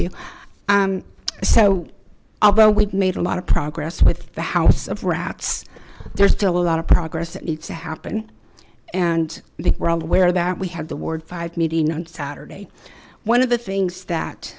you um so although we've made a lot of progress with the house of rats there's still a lot of progress that needs to happen and the world aware that we had the ward five meeting on saturday one of the things that